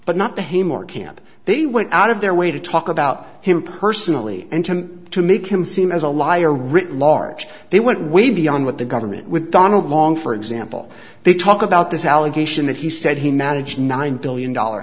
but not to him or camp they went out of their way to talk about him personally and to him to make him seem as a liar written large they went way beyond what the government with donald along for example they talk about this allegation that he said he managed nine billion dollar